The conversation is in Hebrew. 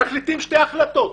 מחליטים שתי החלטות,